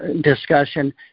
discussion